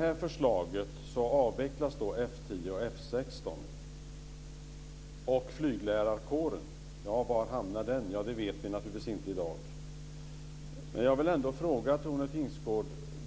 Var hamnar flyglärarkåren? Det vet vi naturligtvis inte i dag.